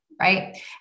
right